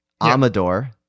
Amador